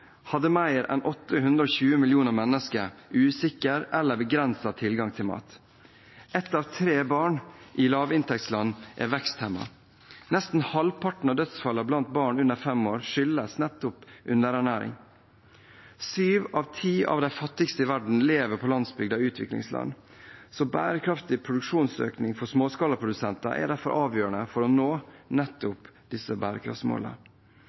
hadde mer enn 820 millioner mennesker usikker eller begrenset tilgang til mat. Ett av tre barn i lavinntektsland er veksthemmet. Nesten halvparten av dødsfallene blant barn under fem år skyldes nettopp underernæring. Syv av ti av de fattigste i verden lever på landsbygda i utviklingsland. Bærekraftig produksjonsøkning for småskalaprodusenter er derfor avgjørende for å nå nettopp disse